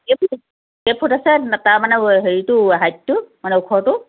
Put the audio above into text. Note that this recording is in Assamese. এইটো কেইফুট আছে তাৰমানে হেৰিটো হাইটটো মানে ওখটো